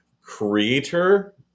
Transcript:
Creator